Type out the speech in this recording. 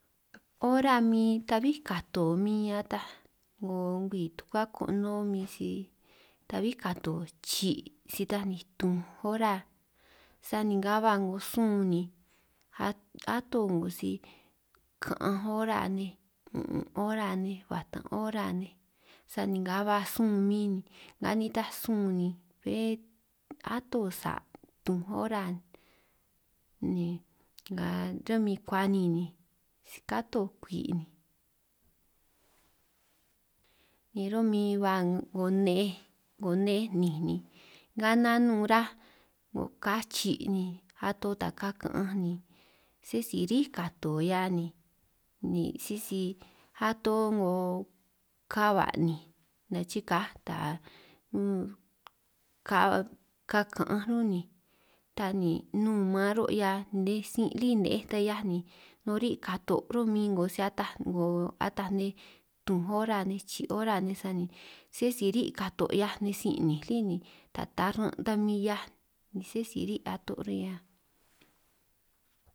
Ora min ta'bí kato min ataj 'ngo ngwii tukuá konoo min si ta'bí kato chi' si taj ni tunj ora, sani nga ba 'ngo sun ató 'ngo si ka'anj ora nej un'un' ora nej batan' ora nej sani nga ba sun min nga nitaj sun ni bé ato sa', tunj ora ni nga ro'min kuan' ni ni si katoj kwi' ni ro'min ba 'ngo ne'ej 'ngo ne'ej 'ninj, nga nanun 'ngo ka chi' ni ato ta ka ka'anj ni sé si riíj kato 'hia ni, sisi ato 'ngo ka ba'ninj nachikaj taj ka ka'anj ún ni ta nin' nun maan ro' 'hiaj nej sin' lí ne'ej ta 'hiaj ni, nun ri' kato ro'min 'ngo si ataj 'ngo ataj nej tunj ora nej chi ora nej, sani sé si ri' kato' 'hiaj nej sin' 'nínj lí ni ta taran' ta min 'hiaj ni sé si ri' kato'.